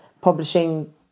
publishing